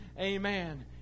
Amen